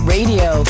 Radio